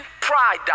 pride